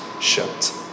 shut